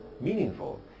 meaningful